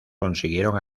consiguieron